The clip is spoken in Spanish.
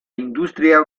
industria